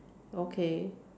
okay